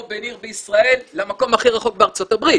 או בין עיר בישראל למקום הכי רחוק בארצות הברית.